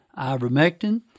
ivermectin